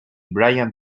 brian